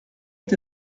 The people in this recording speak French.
est